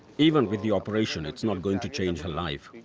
even with the operation it's not going to change her life.